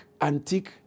antique